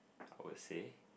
I would say